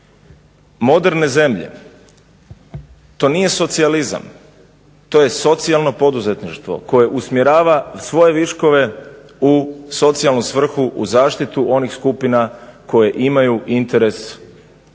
moderne zemlje. To nije socijalizam. To je socijalno poduzetništvo koje usmjerava svoje viškove u socijalnu svrhu, u zaštitu onih skupina koje imaju interes se štititi